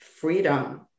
freedom